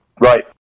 Right